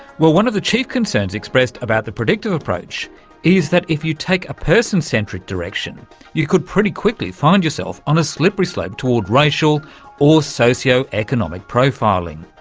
well, one of the chief concerns expressed about the predictive approach is that if you take a person-centric direction you could pretty quickly find yourself on a slippery slope toward racial or socio-economic profiling.